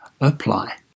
apply